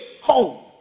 home